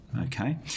okay